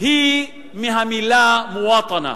היא מהמלה מוואטנה.